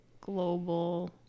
global